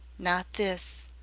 not this.